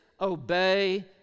Obey